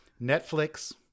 Netflix